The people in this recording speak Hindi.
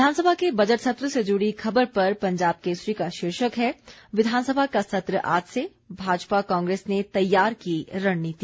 विधानसभा के बजट सत्र से जुड़ी खबर पर पंजाब केसरी का शीर्षक है विधानसभा का सत्र आज से भाजपा कांग्रेस ने तैयार की रणनीति